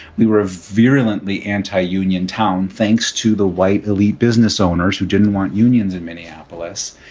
we were virulently anti-union town thanks to the white elite business owners who didn't want unions in minneapolis.